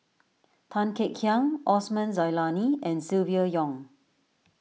Tan Kek Hiang Osman Zailani and Silvia Yong